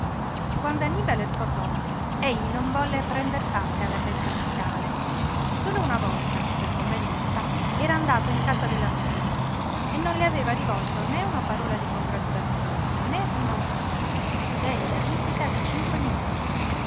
guardava quand'annibale sposò egli non volle prender parte alla festa nuziale solo una volta per convenienza era andato in casa della sposa e non le aveva rivolto né una parola di congratulazione né un augurio gelida visita di cinque minuti